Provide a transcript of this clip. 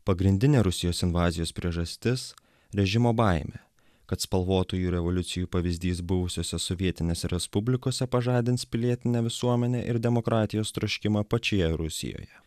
pagrindinė rusijos invazijos priežastis režimo baimė kad spalvotųjų revoliucijų pavyzdys buvusiose sovietinėse respublikose pažadins pilietinę visuomenę ir demokratijos troškimą pačioje rusijoje